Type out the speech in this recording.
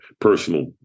personal